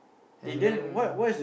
and then